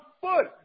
foot